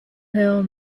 hill